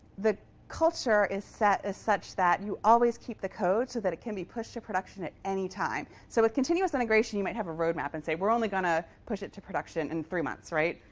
the culture is set as such that you always keep the code so that it can be pushed to production at any time. so with continuous integration, you might have a road map and say, we're only going to push it to production in three months. right?